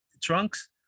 trunks